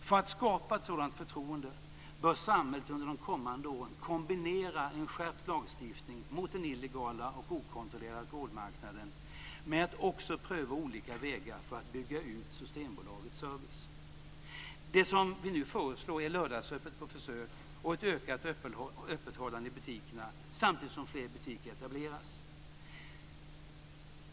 För att skapa ett sådant förtroende bör samhället under de kommande åren kombinera en skärpt lagstiftning mot den illegala och okontrollerade alkoholmarknaden med att pröva olika vägar för att bygga ut Systembolagets service. Det som vi nu föreslår är lördagsöppet på försök och ett ökat öppethållande i butikerna samtidigt som fler butiker etableras.